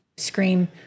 Scream